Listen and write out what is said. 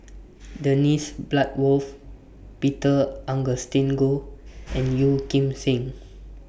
Dennis Bloodworth Peter Augustine Goh and Yeo Kim Seng